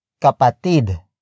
Kapatid